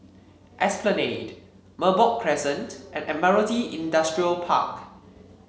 Esplanade Merbok Crescent and Admiralty Industrial Park